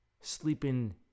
sleeping